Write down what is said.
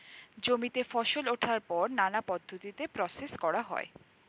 জমিতে ফসল ওঠার পর নানা পদ্ধতিতে প্রসেস করা হয়